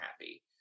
happy